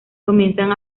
comienzan